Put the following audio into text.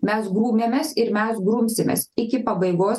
mes grūmėmės ir mes grumsimės iki pabaigos